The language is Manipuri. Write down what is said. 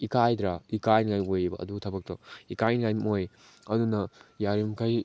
ꯏꯀꯥꯏꯗ꯭ꯔꯥ ꯏꯀꯥꯏꯅꯕ ꯑꯣꯏꯌꯦꯕ ꯑꯗꯨ ꯊꯕꯛꯇꯣ ꯏꯀꯥꯏꯅꯤꯉꯥꯏ ꯑꯣꯏ ꯑꯗꯨꯅ ꯌꯥꯔꯤꯕꯃꯈꯩ